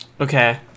Okay